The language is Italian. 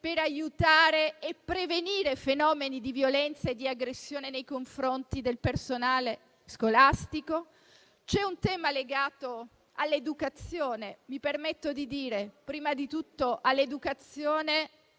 per aiutare e prevenire fenomeni di violenza e di aggressione nei confronti del personale scolastico? C'è un tema legato all'educazione che - mi permetto di dire - è prima di tutto l'educazione